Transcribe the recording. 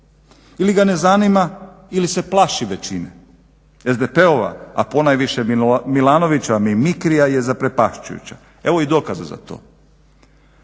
Ili ga ne zanima ili se plaši većine. SDP-ova a ponajviše Milanovićeva mimikrija je zaprepašćujuća. Evo i dokaza za to.